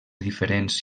diferents